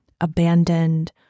abandoned